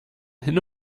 hin